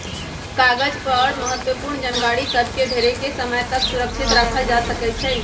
कागज पर महत्वपूर्ण जानकारि सभ के ढेरेके समय तक सुरक्षित राखल जा सकै छइ